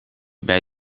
bij